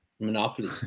Monopoly